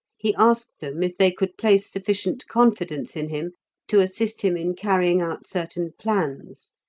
he asked them if they could place sufficient confidence in him to assist him in carrying out certain plans,